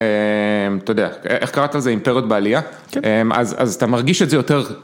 אתה יודע, איך קראת על זה אימפריות בעלייה? אז אתה מרגיש את זה יותר